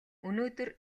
өнөөдөр